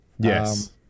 Yes